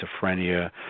schizophrenia